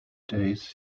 days